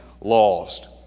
Lost